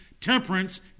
temperance